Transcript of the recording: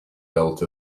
built